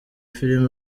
filime